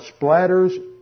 splatters